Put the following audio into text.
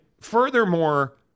furthermore